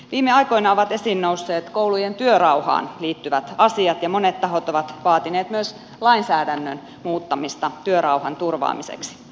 viime aikoina ovat esiin nousseet koulujen työrauhaan liittyvät asiat ja monet tahot ovat vaatineet myös lainsäädännön muuttamista työrauhan turvaamiseksi